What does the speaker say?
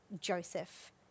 Joseph